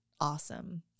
awesome